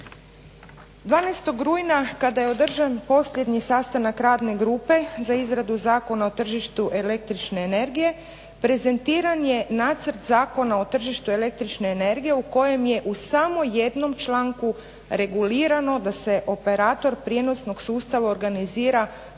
12. rujna kada je održan posljednji sastanak radne grupe za izradu zakona o tržištu električne energije prezentiran je nacrt zakona o tržištu električne energije u kojem je u samo jednom članku regulirano da se operator prijenosnog sustava organizira po